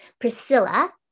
Priscilla